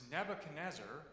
Nebuchadnezzar